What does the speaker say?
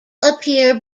appear